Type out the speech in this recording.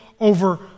over